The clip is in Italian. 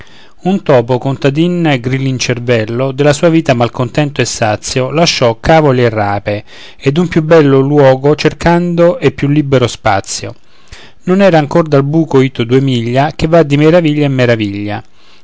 e l'ostrica un topo contadin grillincervello della sua vita malcontento e sazio lasciò cavoli e rape ed un più bello luogo cercando e più libero spazio non era ancor dal buco ito due miglia che va di meraviglia in meraviglia